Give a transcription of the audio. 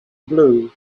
blue